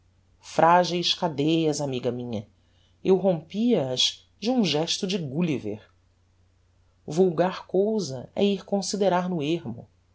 frageis cadeias amiga minha eu rompia as de um gesto de gulliver vulgar cousa é ir considerar no ermo